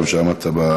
גם על כך שעמדת בזמנים.